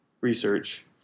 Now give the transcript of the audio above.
research